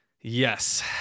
yes